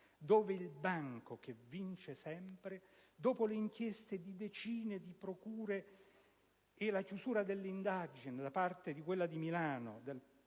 dove è il banco che vince sempre - dopo le inchieste di decine di procure e la chiusura delle indagini da parte del pubblico